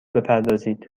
بپردازید